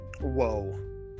Whoa